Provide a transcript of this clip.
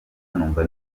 numva